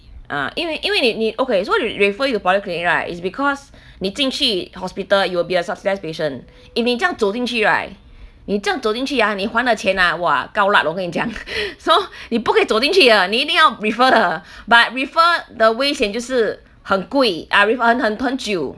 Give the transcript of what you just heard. ah 因为因为你你 okay so what refer you to the polyclinic right is because 你进去 hospital you will be a subsidised patient if 你这样走进去 right 你这样走进去 ah 你还了钱 ah !wah! gao lat 我跟你讲 so 你不不可以走进去的你一定要 refer 的 but refer 的危险就是很贵 ah refer~ 很很很久